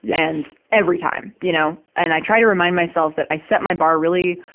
yeah and, every time, you know. and i try to remind myself that i set my bar really,